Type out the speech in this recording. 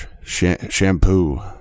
shampoo